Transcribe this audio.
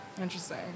Interesting